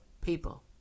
people